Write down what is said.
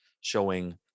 showing